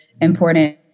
important